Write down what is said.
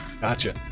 gotcha